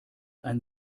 ein